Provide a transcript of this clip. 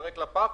להיזרק לפח,